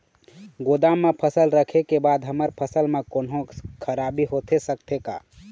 गोदाम मा फसल रखें के बाद हमर फसल मा कोन्हों खराबी होथे सकथे का?